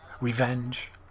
revenge